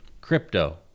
Crypto